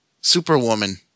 Superwoman